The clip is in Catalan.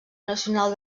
nacional